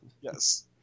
Yes